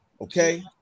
Okay